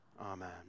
Amen